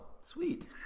sweet